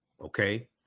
okay